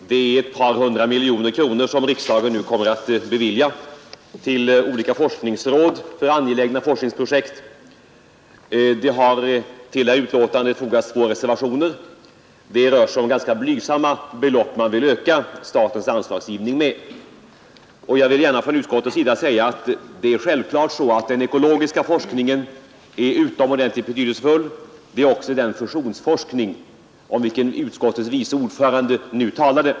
Fru talman! Det är ett par hundra miljoner kronor som riksdagen nu kommer att bevilja till olika forskningsråd för angelägna forskningsprojekt. Till betänkandet har fogats två reservationer. Det rör sig om ganska blygsamma belopp som man önskar öka statens anslagsgivning med, och jag vill gärna från utskottsmajoritetens sida säga att det är självklart så att den ekonomiska forskningen är utomordentligt betydelsefull liksom den fusionsforskning, om vilken utskottets vice ordförande nyss talade.